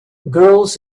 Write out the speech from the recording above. girls